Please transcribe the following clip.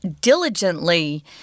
diligently